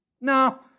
No